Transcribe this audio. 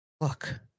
Look